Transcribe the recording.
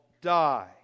die